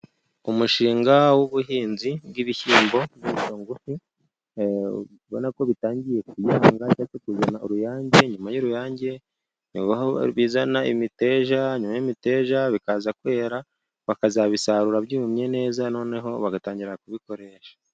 Umushinga w'ubuhinzi bw'ibishyimbo, ubwoko bugufi urabona ko bitangiye kuyanga, bimaze kuzana uruyange nyuma y'uruyange bikazana imiteja, nyuma y'imiteja bikaza kwera, bakazabisarura byumye neza noneho bagatangira kubikoresha.